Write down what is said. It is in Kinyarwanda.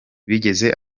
bigeze